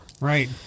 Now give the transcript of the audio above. Right